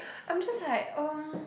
I'm just like um